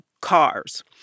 cars